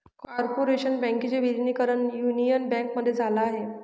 corporation बँकेचे विलीनीकरण union बँकेमध्ये झाल आहे